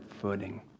footing